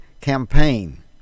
campaign